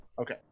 Okay